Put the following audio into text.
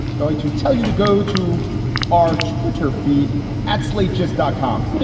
going to tell you to go to our twitter feed at slate, just dot com. but